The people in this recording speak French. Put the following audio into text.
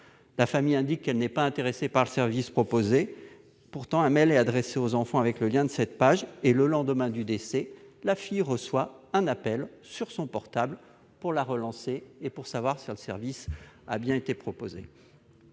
La famille indique alors qu'elle n'est pas intéressée par le service proposé. Pourtant, un mail est adressé aux enfants avec le lien vers cette page et, le lendemain du décès, la fille du défunt reçoit un appel sur son portable pour la relancer et pour savoir si le service a bien été proposé.